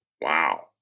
Wow